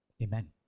Amen